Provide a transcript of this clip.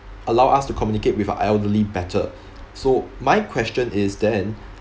allow us to communicate with the elderly better so my question is then